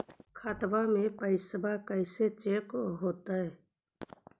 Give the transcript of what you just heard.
खाता में पैसा कैसे चेक हो तै?